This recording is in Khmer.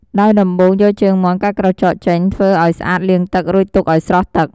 ដោយដំបូង យកជើងមាន់កាត់ក្រចកចេញធ្វើឱ្យស្អាតលាងទឹក រួចទុកឱ្យស្រស់ទឹក។